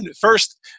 first